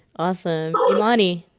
awesome. oh honey,